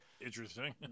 interesting